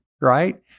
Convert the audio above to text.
right